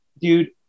dude